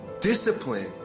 Discipline